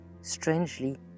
strangely